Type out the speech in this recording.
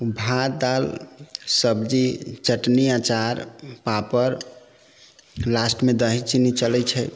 उ भात दालि सब्जी चटनी अचार पापड़ लास्टमे दही चीनी चलै छै